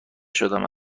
شدم